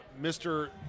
Mr